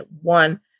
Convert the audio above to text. One